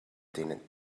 denen